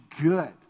good